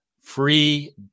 free